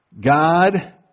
God